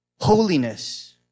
Holiness